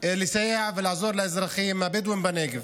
לסייע לעזור לאזרחים בהם, הבדואים בנגב.